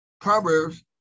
Proverbs